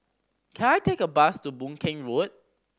can I take a bus to Boon Keng Road